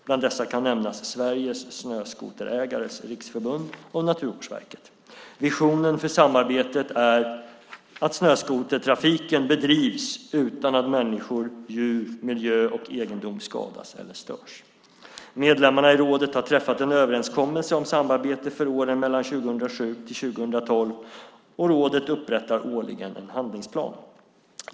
Bland dessa kan nämnas Sveriges Snöskoterägares Riksförbund och Naturvårdsverket. Visionen för samarbetet är: "Snöskotertrafiken bedrivs utan att människor, djur, miljö och egendom skadas eller störs." Medlemmarna i rådet har träffat en överenskommelse om samarbete för åren 2007-2012. Rådet upprättar årligen en handlingsplan.